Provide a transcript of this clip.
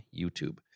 YouTube